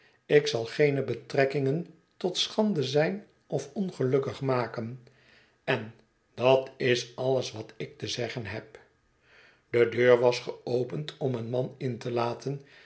ik blijven ikzalgeene betrekkingen tot schande zijn of ongelukkig maken en dat is alles wat ik te zeggen heb de deur was geopend om een man in te laten